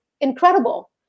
incredible